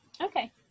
Okay